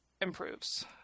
improves